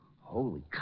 holy